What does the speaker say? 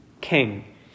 king